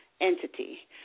entity